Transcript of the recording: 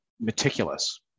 meticulous